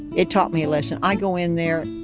it taught me a lesson. i go in there.